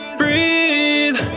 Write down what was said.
breathe